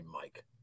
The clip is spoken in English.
Mike